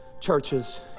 churches